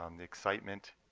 um the excitement,